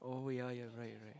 oh ya ya right right